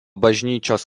bažnyčios